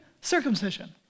Circumcision